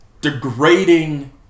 degrading